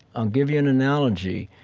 um give you an analogy.